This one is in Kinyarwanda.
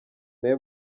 nawe